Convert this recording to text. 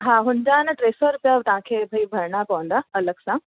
हा हुनजा आहिनि टे सौ रुपिया तव्हांखे भई भरिणा पवंदा अलॻि सां